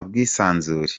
bwisanzure